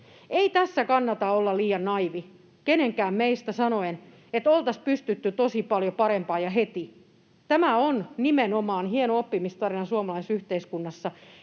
Ei tässä kannata olla liian naiivi kenenkään meistä sanoen, että oltaisiin pystytty tosi paljon parempaan ja heti. Tämä on nimenomaan hieno oppimistarina suomalaisessa yhteiskunnassa,